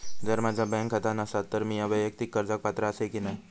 जर माझा बँक खाता नसात तर मीया वैयक्तिक कर्जाक पात्र आसय की नाय?